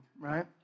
right